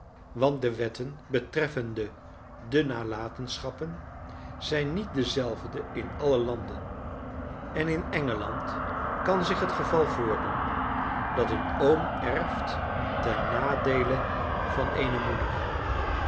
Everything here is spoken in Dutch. de wetten betreffende de nalatenschappen zijn niet dezelfde in alle landen en in engeland kan zich het geval voordoen dat een oom erft ten nadeele van eene moeder